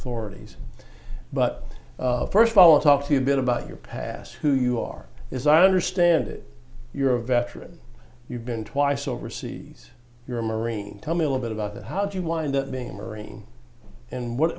authorities but first of all talk to you a bit about your past who you are is i understand it you're a veteran you've been twice overseas you're a marine tell me a little bit about that how did you wind up being a marine and what